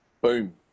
Boom